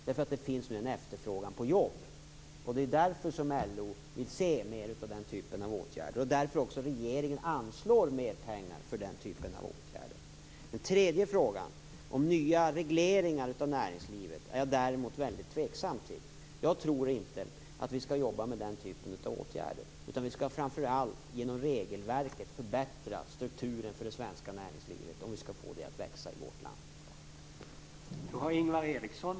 Nu finns det en efterfrågan på jobb. Det är därför som LO vill se mer av den typen av åtgärder. Det är också därför som regeringen anslår mer pengar till den typen av åtgärder. Den tredje frågan, om nya regleringar av näringslivet, är jag däremot väldigt tveksam till. Jag tror inte att vi skall jobba med den typen av åtgärder, utan vi skall framför allt genom regelverket förbättra strukturen för det svenska näringslivet om vi skall få det att växa i vårt land.